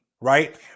right